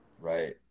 right